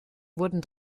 wurden